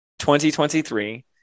2023